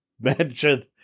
mentioned